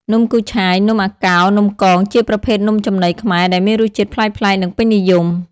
នំគូឆាយ នំអាកោរ នំកង ជាប្រភេទនំចំណីខ្មែរដែលមានរសជាតិប្លែកៗ និងពេញនិយម ។